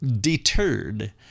deterred